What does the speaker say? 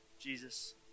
Jesus